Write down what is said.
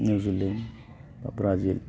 New Zealand एबा Brazil